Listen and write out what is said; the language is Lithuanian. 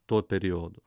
tuo periodu